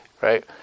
Right